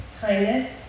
kindness